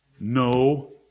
No